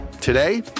Today